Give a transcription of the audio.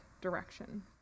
direction